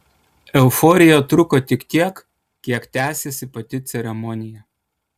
euforija truko tik tiek kiek tęsėsi pati ceremonija